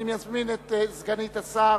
אני מזמין את סגנית השר